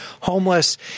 homeless